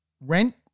rent